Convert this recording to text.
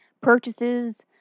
purchases